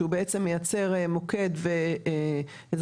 שהוא בעצם מייצר מוקד ועזרה,